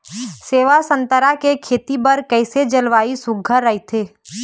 सेवा संतरा के खेती बर कइसे जलवायु सुघ्घर राईथे?